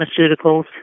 pharmaceuticals